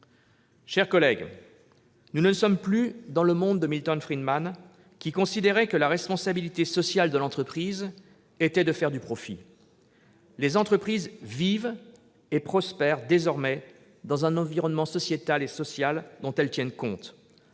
Chers collègues, nous ne sommes plus dans le monde de Milton Friedman, qui considérait que la responsabilité sociale de l'entreprise est de faire du profit. Les entreprises vivent et prospèrent désormais dans un environnement social dont elles tiennent compte.